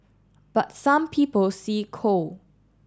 but some people see coal